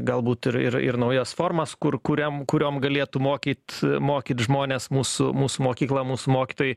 galbūt ir ir ir naujas formas kur kuriam kuriom galėtų mokyt mokyt žmones mūsų mūsų mokykla mūsų mokytojai